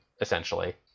essentially